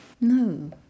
No